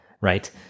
right